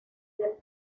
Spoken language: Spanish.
del